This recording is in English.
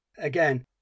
Again